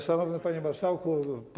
Szanowny Panie Marszałku!